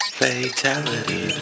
fatality